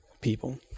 people